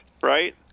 right